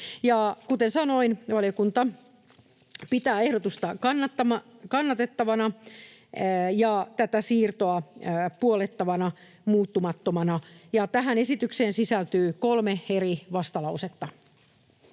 kuten sanoin, valiokunta pitää ehdotusta kannatettavana ja tätä siirtoa puollettavana muuttumattomana. Tähän esitykseen sisältyy kolme eri vastalausetta.